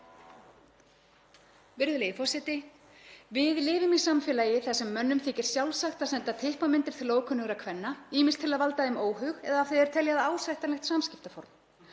Virðulegi forseti. Við lifum í samfélagi þar sem mönnum þykir sjálfsagt að senda typpamyndir til ókunnugra kvenna, ýmist til að valda þeim óhug eða af því að þeir telja það ásættanlegt samskiptaform.